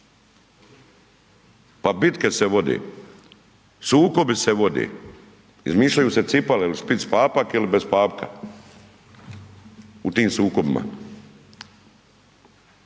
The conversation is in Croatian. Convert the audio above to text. Pa bitke se vode. Sukobi se vode, izmišljaju se cipele u špic papak ili bez papka u tim sukobima.